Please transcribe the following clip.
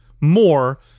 more